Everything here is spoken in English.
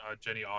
Jenny